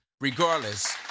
Regardless